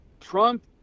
trump